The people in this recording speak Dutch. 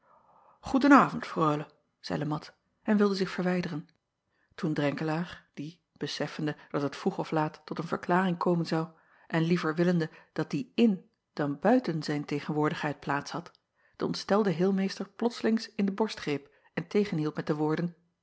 reule zeî e at en wilde zich verwijderen toen renkelaer die beseffende dat het vroeg of laat tot een verklaring komen zou en liever willende dat die in dan buiten zijn tegenwoordigheid plaats had den ontstelden heelmeester plotslings in de borst greep en tegenhield met de woorden